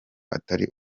atari